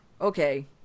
okay